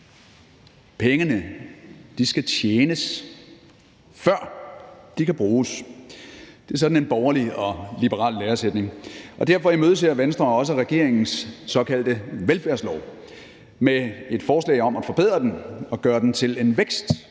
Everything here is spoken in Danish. Pengene skal tjenes, før de kan bruges. Det er sådan en borgerlig og liberal læresætning. Derfor imødeser Venstre også regeringens såkaldte velfærdslov med et forslag om at forbedre den og gøre den til en vækst-